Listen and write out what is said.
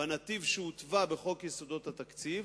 בנתיב שהותווה בחוק יסודות התקציב